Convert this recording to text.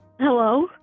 Hello